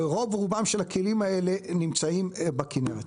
ורוב רובם של הכלים האלה נמצאים בכנרת.